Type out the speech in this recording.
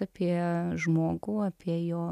apie žmogų apie jo